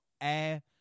air